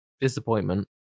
disappointment